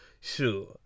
Sure